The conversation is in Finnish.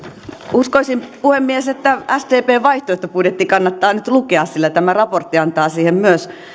uskoisin puhemies että sdpn vaihtoehtobudjetti kannattaa nyt lukea sillä tämä raportti antaa myös